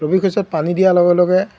ৰবি শস্যত পানী দিয়াৰ লগে লগে